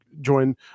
join